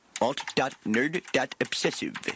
alt.nerd.obsessive